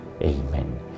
Amen